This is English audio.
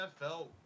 NFL